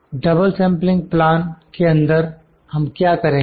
double sampling plan के अंदर हम क्या करेंगे